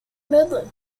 midland